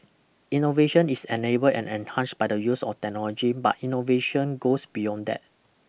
innovation is enabled and enhanced by the use of technology but innovation goes beyond that